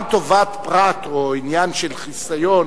גם טובת פרט או עניין של חיסיון,